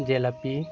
jalebi